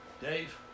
Dave